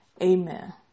Amen